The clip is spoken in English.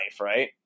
right